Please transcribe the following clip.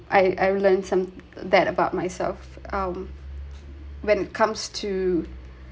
I I learnt some that about myself um when it comes to